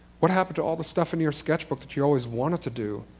what happened to all the stuff in your sketch book that you always wanted to do